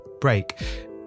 break